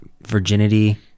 virginity